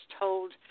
told